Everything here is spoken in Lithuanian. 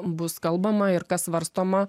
bus kalbama ir kas svarstoma